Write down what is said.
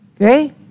Okay